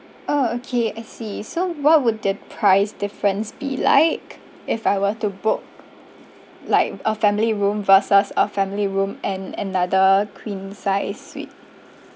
orh okay I see so what would the price difference be like if I were to book like a family room versus a family room and another queen sized suite